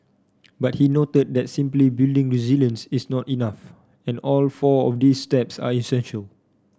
but he noted that simply building resilience is not enough and all four of these steps are essential